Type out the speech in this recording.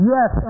Yes